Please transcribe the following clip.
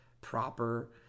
Proper